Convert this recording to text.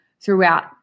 throughout